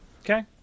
Okay